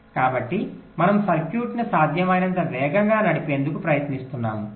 కాబట్టి మనము సర్క్యూట్ను సాధ్యమైనంత వేగంగా నడిపేందుకు ప్రయత్నిస్తున్నాము